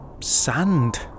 sand